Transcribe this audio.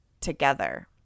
together